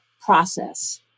process